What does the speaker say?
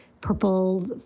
purple